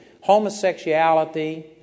Homosexuality